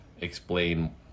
explain